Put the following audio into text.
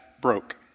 broke